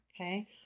Okay